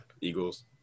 Eagles